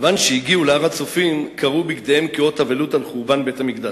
כיוון שהגיעו להר-הצופים קרעו בגדיהם כאות אבלות על חורבן בית-המקדש.